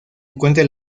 encuentra